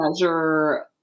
measure